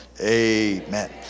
amen